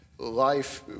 Life